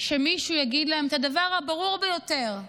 שמישהו יגיד להן את הדבר הברור ביותר: